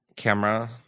camera